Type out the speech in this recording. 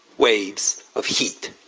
waves of heat.